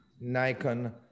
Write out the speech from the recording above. Nikon